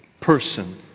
person